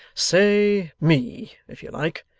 say me, if you like.